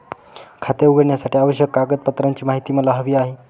खाते उघडण्यासाठीच्या आवश्यक कागदपत्रांची माहिती मला हवी आहे